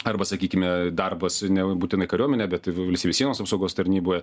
arba sakykime darbas nebūtinai kariuomenėj bet valstybės sienos apsaugos tarnyboje